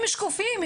הם שקופים,